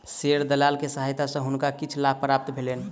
share दलाल के सहायता सॅ हुनका किछ लाभ प्राप्त भेलैन